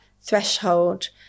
threshold